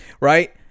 right